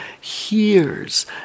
hears